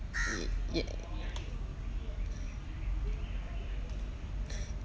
ye~ yeah